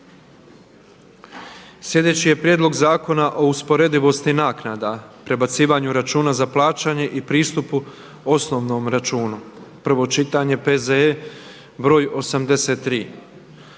Sljedeći je Prijedlog zakona o usporedivosti naknada, prebacivanju računa za plaćanje i pristupu osnovnom računu, prvo čitanje, P.Z.E. br. 83.